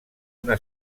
una